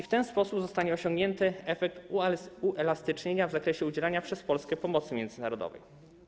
W ten sposób zostanie osiągnięty efekt uelastycznienia w zakresie udzielania przez Polskę pomocy międzynarodowej.